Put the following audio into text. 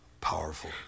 Powerful